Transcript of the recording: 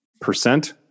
percent